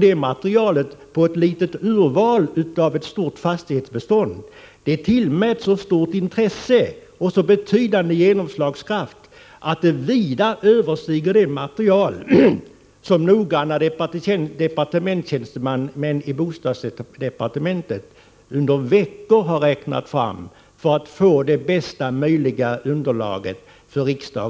Detta material, grundat på ett litet urval av ett stort fastighetsbestånd, tillmäts så stort intresse och så betydande genomslagskraft att det påstås väga tyngre än det material som noggranna departementstjänstemän i bostadsdepartementet under veckor har räknat fram för att riksdagen skall få bästa möjliga underlag för ett